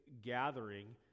gathering